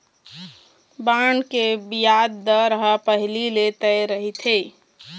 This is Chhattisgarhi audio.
बांड के बियाज दर ह पहिली ले तय रहिथे